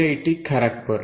IT Kharagpur